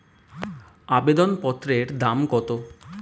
আবেদন পত্রের দাম কত?